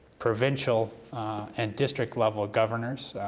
provincial and district level governors,